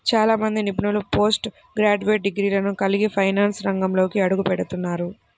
చాలా మంది నిపుణులు పోస్ట్ గ్రాడ్యుయేట్ డిగ్రీలను కలిగి ఫైనాన్స్ రంగంలోకి అడుగుపెడుతున్నారు